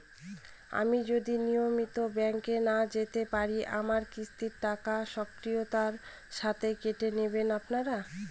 আমি যদি নিয়মিত ব্যংকে না যেতে পারি আমার কিস্তির টাকা স্বকীয়তার সাথে কেটে নেবেন আপনারা?